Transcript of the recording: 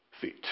feet